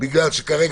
כי כרגע,